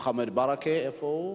חבר הכנסת מוחמד ברכה, איפה הוא?